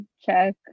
check